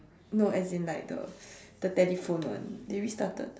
no as in like the the telephone [one] they restarted